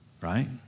right